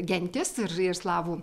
gentys ir ir slavų